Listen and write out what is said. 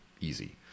easy